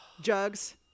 jugs